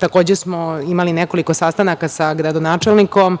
takođe smo imali nekoliko sastanaka sa gradonačelnikom.